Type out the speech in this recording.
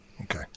okay